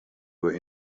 were